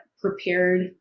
prepared